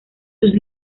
sus